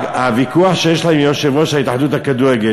לפי הוויכוח שיש לה עם יושב-ראש ההתאחדות לכדורגל,